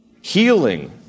healing